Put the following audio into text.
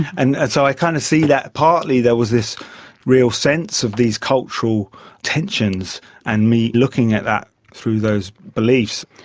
and and so i kind of see that, partly there was this real sense of these cultural tensions and me looking at that through those beliefs.